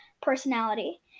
personality